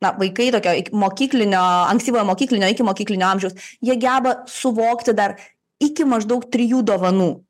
na vaikai tokio ikimokyklinio ankstyvojo mokyklinio ikimokyklinio amžiaus jie geba suvokti dar iki maždaug trijų dovanų